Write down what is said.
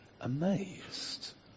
Amazed